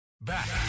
Back